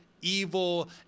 evil